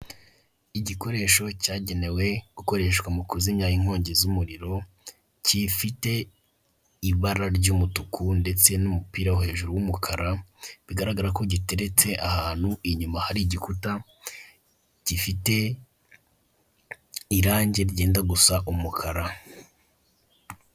Igikoresho cyagenewe gukoreshwa mu kuzimya inkongi z'umuriro. Gifite ibara ry'umutuku ndetse n'umupira wo hejuru w'umukara, bigaragara ko giteretse ahantu inyuma hari igikuta gifite irangi ryenda gusa umukara.